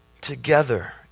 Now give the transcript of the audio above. Together